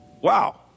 wow